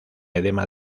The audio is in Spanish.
edema